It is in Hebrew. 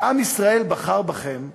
עם ישראל בחר בכם ונבחרתם,